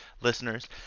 listeners